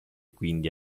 quindi